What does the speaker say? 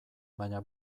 baina